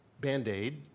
band-aid